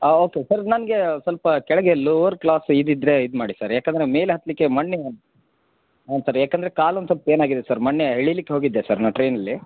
ಆಂ okay sir ನನಗೆ ಸ್ವಲ್ಪ ಕೆಳಗೆ ಲೋವರ್ ಕ್ಲಾಸ್ ಇದಿದ್ದರೆ ಇದು ಮಾಡಿ ಸರ್ ಏಕಂದರೆ ಮೇಲೆ ಹತ್ತಲಿಕ್ಕೆ ಮಣ್ ಹಾಂ ಸರ್ ಏಕಂದ್ರೆ ಕಾಲು ಒಂದು ಸ್ವಲ್ಪ ಪೇನಾಗಿದೆ ಸರ್ ಮೊನ್ನೇ ಇಳೀಲಿಕ್ಕೆ ಹೋಗಿದ್ದೆ ಸರ್ ನಾನು ಟ್ರೇನಲ್ಲಿ